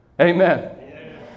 Amen